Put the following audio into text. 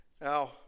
Now